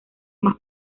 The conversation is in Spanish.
más